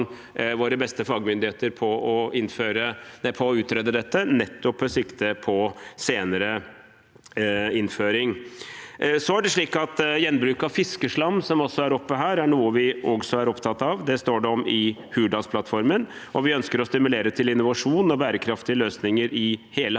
våre beste fagmyndigheter med å utrede dette, nettopp med sikte på senere innføring. Gjenbruk av fiskeslam, som også er oppe her, er noe vi også er opptatt av. Det står det om i Hurdalsplattformen. Vi ønsker å stimulere til innovasjon og bærekraftige løsninger i hele